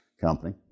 company